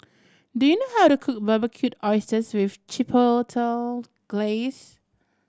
do you know how to cook Barbecued Oysters with Chipotle Glaze